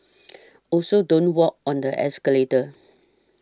also don't walk on the escalator